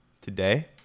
Today